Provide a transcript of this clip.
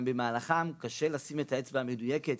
במהלכם קשה לשים את האצבע המדויקת,